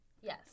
Yes